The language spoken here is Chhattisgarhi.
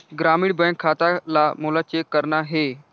ग्रामीण बैंक के खाता ला मोला चेक करना हे?